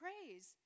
praise